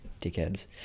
dickheads